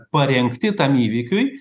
parengti tam įvykiui